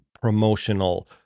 promotional